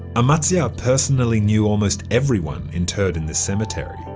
amatzia personally knew almost everyone interred in this cemetery.